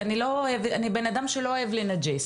אני לא אוהבת, אני בן אדם שלא אוהב לנג'ס.